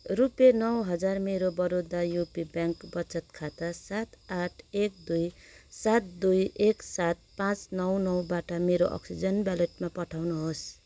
रुपे नौ हजार मेरो बडौदा युपी ब्याङ्क वचत खाता सात आठ एक दुई सात दुई एक सात पाँच नौ नौबाट मेरो अक्सिजेन वालेटमा पठाउनुहोस्